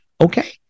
Okay